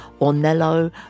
Ornello